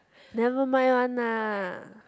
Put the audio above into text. nevermind one lah